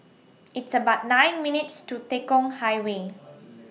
It's about nine minutes' to Tekong Highway